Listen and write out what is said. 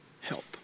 help